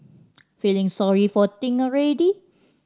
feeling sorry for Ting already